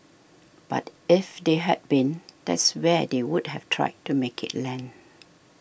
but if they had been that's where they would have tried to make it land